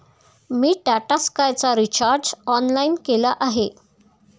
मी टाटा स्कायचा recharge online केला आहे